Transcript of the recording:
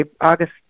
August